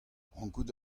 rankout